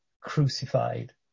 crucified